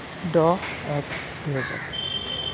দহ এক দুহেজাৰ